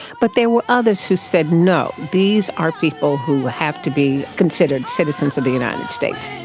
but there were others who said no, these are people who have to be considered citizens of the united states.